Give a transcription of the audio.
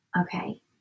Okay